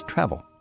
Travel